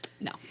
No